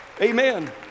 Amen